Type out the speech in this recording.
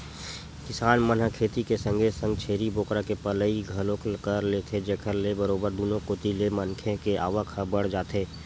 किसान मन ह खेती के संगे संग छेरी बोकरा के पलई घलोक कर लेथे जेखर ले बरोबर दुनो कोती ले मनखे के आवक ह बड़ जाथे